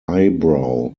eyebrow